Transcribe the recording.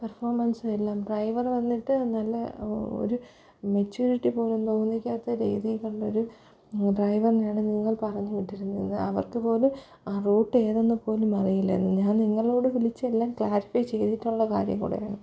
പെർഫോമൻസുമെല്ലാം driver വന്നിട്ടു നല്ല ഒരു മെച്യുരിറ്റി പോലും തോന്നിക്കാത്ത രീതിയിലുള്ളൊരു ഡ്രൈവറിനെ ആണ് നിങ്ങൾ പറഞ്ഞുവിട്ടിരുന്നത് അവർക്കു പോലും ആ റൂട്ടേതെന്നു പോലും അറിയില്ലായിരുന്നു ഞാൻ നിങ്ങളോടു വിളിച്ചെല്ലാം ക്ലാരിഫൈ ചെയ്തിട്ടുള്ള കാര്യം കൂടെയാണ്